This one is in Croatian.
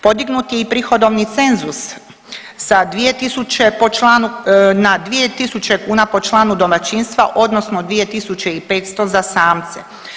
Podignut je i prihodovni cenzus sa 2000 po članu na 2000 kuna po članu domaćinstva odnosno 2500 za samce.